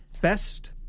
Best